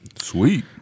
Sweet